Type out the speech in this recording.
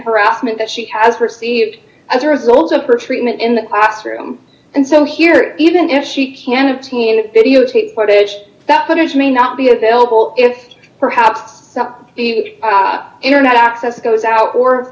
harassment that she has received as a result of her treatment in the classroom and so here even if she can obtain a videotape footage that footage may not be available if perhaps internet access d goes out or